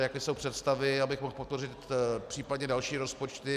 Jaké jsou představy, abych mohl podpořit případně další rozpočty.